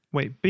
Wait